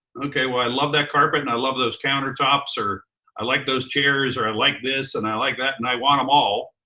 well, i love that carpet and i love those countertops, or i like those chairs or i like this, and i like that and i want them all.